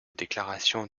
déclaration